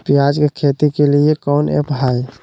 प्याज के खेती के लिए कौन ऐप हाय?